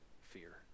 fear